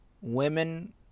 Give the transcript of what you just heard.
women